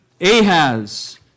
Ahaz